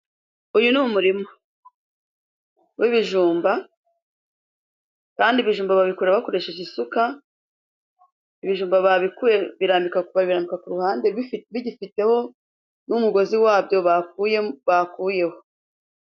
Uyu ni umurima w'ibijumba kandi ibijumba babikura bakoresheje isuka. Ibijumba babkuye babirambika ku ruhande, bigifiteho n'umugozi wabyo bakuyeho.